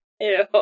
Ew